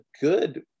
good